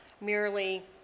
merely